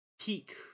Peak